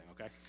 Okay